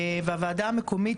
והוועדה המקומית